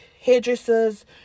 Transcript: hairdressers